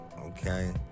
okay